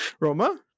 Roma